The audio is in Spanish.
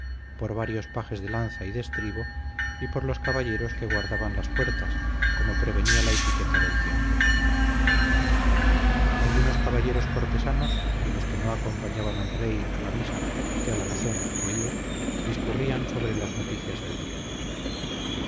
por varios pajes de lanza y de estribo y por los caballeros que guardaban las puertas como prevenía la etiqueta del tiempo algunos caballeros cortesanos de los que no acompañaban al rey a la misa que a la sazón oía discurrían sobre las noticias del día